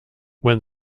when